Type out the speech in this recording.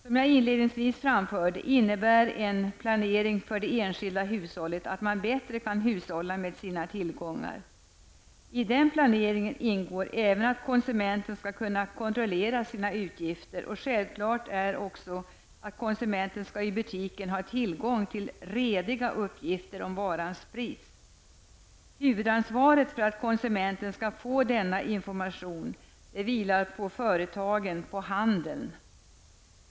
Som jag inledningsvis framförde innebär en planering för det enskilda hushållet att man bättre kan hushålla med sina tillgångar. I den planeringen ingår även att konsumenten skall kunna kontrollera sina utgifter. Självfallet skall konsumenten också i butiken ha tillgång till rediga uppgifter om varans pris. Huvudansvaret för att konsumenterna skall få denna information vilar på företagen, på handeln.